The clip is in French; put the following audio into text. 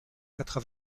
quatre